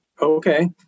okay